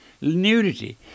Nudity